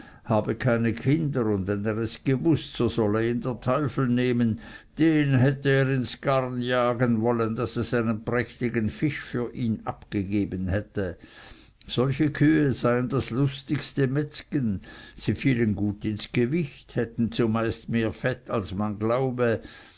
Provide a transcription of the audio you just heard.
habe keine kinder und wenn er es gewußt so solle ihn der teufel nehmen den hätte er ins garn jagen wollen daß es einen prächtigen fisch für ihn abgegeben hätte solche kühe seien das lustigste metzgen sie fielen gut ins gewicht hätten zumeist mehr fett als man glaube